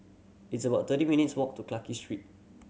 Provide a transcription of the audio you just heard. it's about thirty minutes' walk to Clarke Street